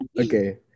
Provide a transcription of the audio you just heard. okay